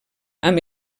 amb